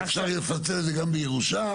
שאפשר לפצל את זה גם בירושה.